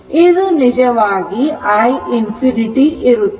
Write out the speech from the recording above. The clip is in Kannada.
ಇದು ನಿಜವಾಗಿ i ∞ i ಇರುತ್ತದೆ